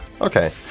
Okay